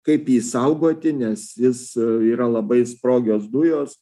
kaip jį saugoti nes jis yra labai sprogios dujos